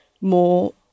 more